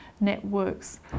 networks